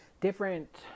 different